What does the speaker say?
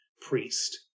priest